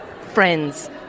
friends